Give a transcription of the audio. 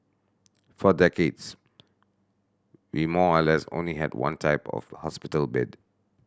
for decades we more or less only had one type of hospital bed